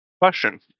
Question